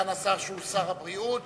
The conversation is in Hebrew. שהוא שר הבריאות,